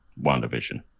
WandaVision